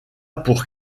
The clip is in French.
pour